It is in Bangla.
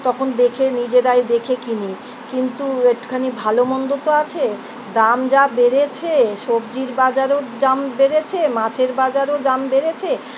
তখন দেখে নিজেরাই দেখে কিনি কিন্তু একটুখানি ভালো মন্দ তো আছে দাম যা বেড়েছে সবজির বাজারও দাম বেড়েছে মাছের বাজারও দাম বেড়েছে